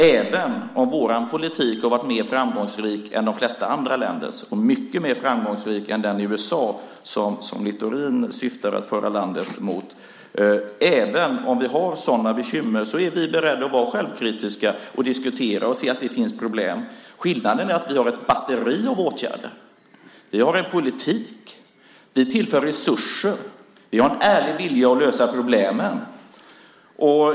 Även om vår politik har varit mer framgångsrik än de flesta andra länders, och mycket mer framgångsrik än den i USA, som Littorin syftar att föra landet mot, även om vi har sådana bekymmer är vi beredda att vara självkritiska, diskutera och se problemen. Skillnaden är att vi har ett batteri av åtgärder. Vi har en politik. Vi tillför resurser. Vi har en ärlig vilja att lösa problemen.